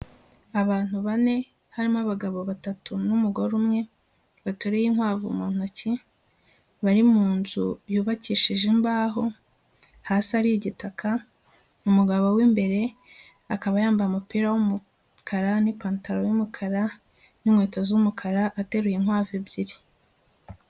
Abantu bane harimo abagabo batatu n'umugore umwe, bateruye inkwavu mu ntoki, bari mu nzu yubakishije imbaho, hasi ari igitaka umugabo w'imbere akaba yambaye umupira w'umukara n'ipantaro y'umukara n'inkweto z'umukara, ateruye inkwavu ebyiri.